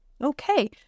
Okay